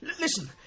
Listen